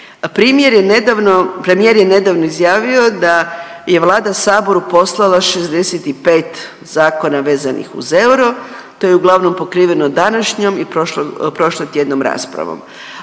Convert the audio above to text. premijer je nedavno izjavio da je vlada saboru poslala 65 zakona vezanih uz euro, to je uglavnom pokriveno današnjom i prošlotjednom raspravom,